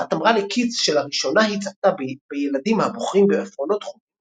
מורה אחת אמרה לקיטס שלראשונה היא צפתה בילדים הבוחרים בעפרונות חומים